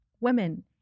women